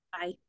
Bye